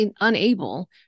unable